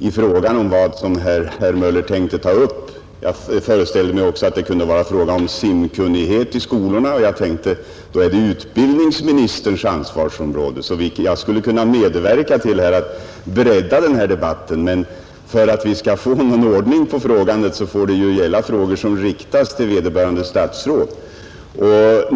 om vad herr Möller här tänkte ta upp. Jag föreställde mig också att det kunde vara fråga om simkunnigheten i skolorna, och jag tänkte att då var det utbildningsministerns ansvarsområde. Jag skulle väl i och för sig att skydda barn mot drunkning att skydda barn mot drunkning kunna medverka till att bredda denna debatt, men för att vi skall kunna få någon ordning på frågandet får det ju gälla frågor som riktas till vederbörande statsråd.